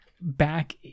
back